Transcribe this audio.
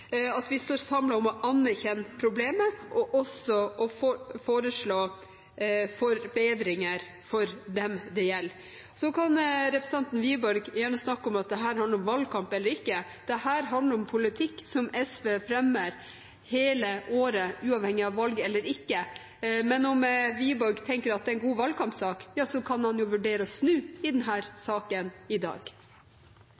at vi står samlet om å anerkjenne problemet, og at vi foreslår forbedringer for dem det gjelder. Så kan representanten Wiborg gjerne snakke om at dette handler om valgkamp. Dette handler om politikk som SV fremmer hele året, uavhengig av om det er valg eller ikke. Men om Wiborg tenker at det er en god valgkampsak, kan han vel vurdere å snu i